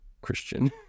Christian